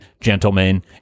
gentlemen